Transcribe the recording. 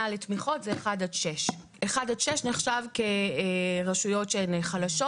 לתמיכות מ-1 עד 6. 1 עד 6 זה נחשב רשויות חלשות.